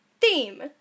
Theme